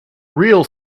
real